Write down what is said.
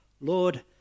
Lord